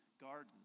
garden